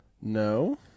No